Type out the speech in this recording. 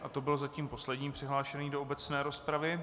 A to byl zatím poslední přihlášený do obecné rozpravy.